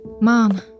Mom